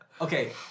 Okay